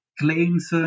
claims